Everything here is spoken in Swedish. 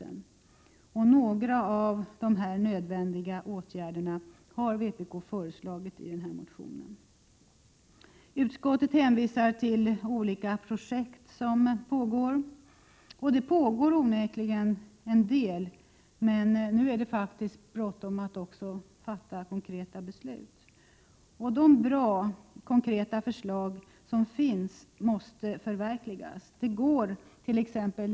Förslag till några av dessa nödvändiga åtgärder återfinns i nämnda vpkmotion. Utskottet hänvisar till olika projekt som pågår, och det pågår onekligen en del sådana. Men nu är det faktiskt bråttom med att också fatta konkreta beslut. De bra konkreta förslag som redan finns måste förverkligas. Det går inte attt.ex.